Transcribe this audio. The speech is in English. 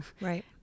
Right